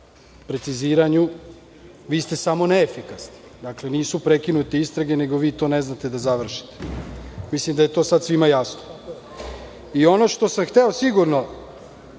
preciziranju, vi ste samo neefikasni. Dakle, nisu prekinute istrage, nego vi to ne znate da završite. Mislim da je to sada svima jasno. Ono što sam hteo sigurno